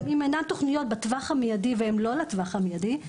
גם אם אינם תוכניות בטווח המיידי והם לא לטווח המיידי,